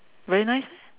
very nice meh